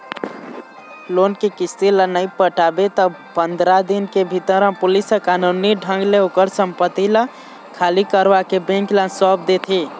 loan के किस्ती ल नइ पटाबे त पंदरा दिन के भीतर म पुलिस ह कानूनी ढंग ले ओखर संपत्ति ल खाली करवाके बेंक ल सौंप देथे